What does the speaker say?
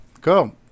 cool